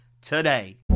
today